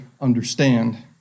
understand